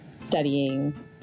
studying